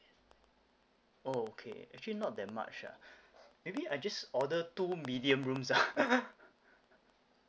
oh okay actually not that much ah maybe I just order two medium rooms ah